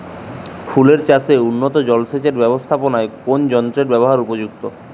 ফুলের চাষে উন্নত জলসেচ এর ব্যাবস্থাপনায় কোন যন্ত্রের ব্যবহার উপযুক্ত?